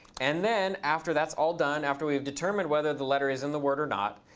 and then after that's all done, after we have determined whether the letter is in the word or not,